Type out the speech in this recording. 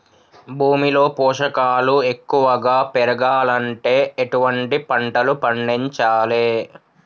భూమిలో పోషకాలు ఎక్కువగా పెరగాలంటే ఎటువంటి పంటలు పండించాలే?